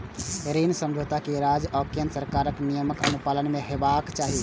ऋण समझौता कें राज्य आ केंद्र सरकारक नियमक अनुपालन मे हेबाक चाही